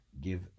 give